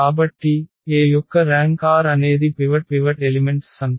కాబట్టి A యొక్క rank r అనేది పివట్ ఎలిమెంట్స్ సంఖ్య